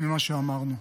ממה שאמרנו.